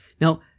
now